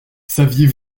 saviez